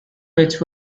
which